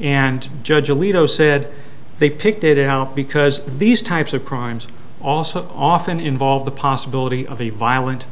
and judge alito said they picked it out because these types of crimes also often involve the possibility of a violent